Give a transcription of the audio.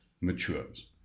matures